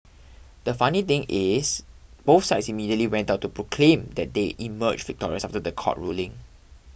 the funny thing is both sides immediately went out to proclaim that they emerge victorious after the court ruling